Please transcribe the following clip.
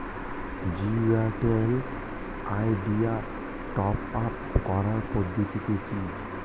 Jio Airtel Idea top up করার পদ্ধতি কি?